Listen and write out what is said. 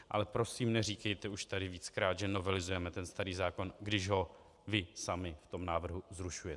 Ale prosím, neříkejte už tady víckrát, že novelizujeme ten starý zákon, když ho vy sami v tom návrhu zrušujete!